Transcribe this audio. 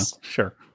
Sure